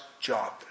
job